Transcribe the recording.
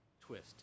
twist